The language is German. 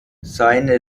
seine